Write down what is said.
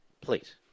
please